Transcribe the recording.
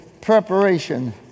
preparation